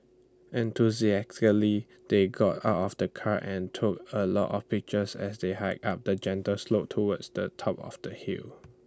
enthusiastically they got out of the car and took A lot of pictures as they hiked up A gentle slope towards the top of the hill